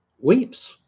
weeps